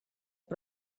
dit